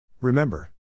Remember